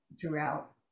throughout